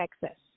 Texas